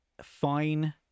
fine